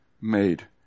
made